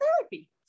therapy